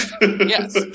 Yes